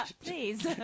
Please